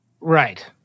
Right